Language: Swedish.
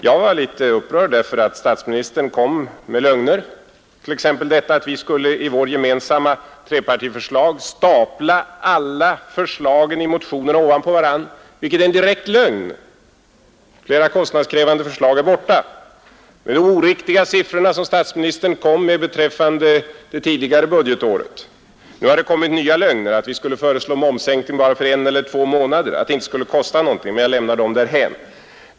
Jag blev litet upprörd för att statsministern kom med lögner, t.ex. det att vi i vårt gemensamma trepartiförslag skulle stapla alla förslagen i motionerna ovanpå varandra. Det är en direkt lögn. Flera kostnadskrävande förslag är borta. Likaså var de siffror som statsministern angav för det tidigare budgetåret oriktiga. Nu har vi hört nya lögner, t.ex. att vi skulle föreslå momssänkning för bara en eller två månader och att det inte skulle kosta någonting. Jag lämnar emellertid detta därhän.